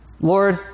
Lord